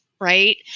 right